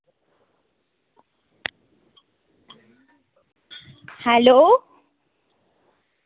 hello